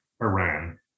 Iran